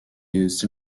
used